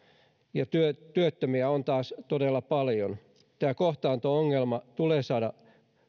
ja työttömiä on taas todella paljon tämä kohtaanto ongelma tulee saada